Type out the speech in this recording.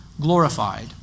glorified